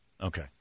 Okay